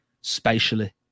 spatially